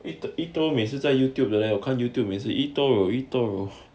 e~ etoro 每次在 Youtube 的 leh you can't youtube 每次 etoro etoro